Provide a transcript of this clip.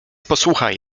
posłuchaj